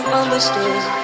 understood